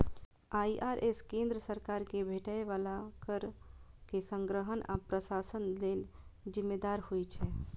IRS केंद्र सरकार कें भेटै बला कर के संग्रहण आ प्रशासन लेल जिम्मेदार होइ छै